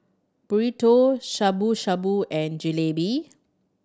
Burrito Shabu Shabu and Jalebi